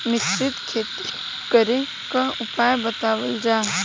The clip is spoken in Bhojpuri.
मिश्रित खेती करे क उपाय बतावल जा?